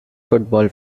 football